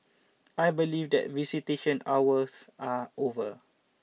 I believe that visitation hours are over